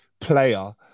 player